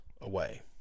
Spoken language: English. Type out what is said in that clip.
away